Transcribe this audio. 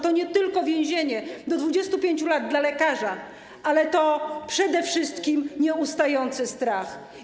To nie tylko więzienie do 25 lat dla lekarza, ale to przede wszystkim nieustający strach.